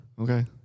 okay